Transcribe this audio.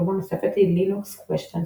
דוגמה נוספת היא LinuxQuestions.org